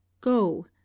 Go